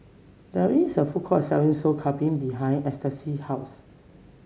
there is a food court selling Sop Kambing behind Eustace's house